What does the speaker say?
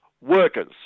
Workers